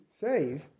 save